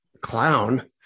clown